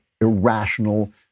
irrational